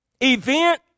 event